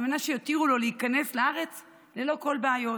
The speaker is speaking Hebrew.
על מנת שיתירו לו להיכנס לארץ ללא כל בעיות.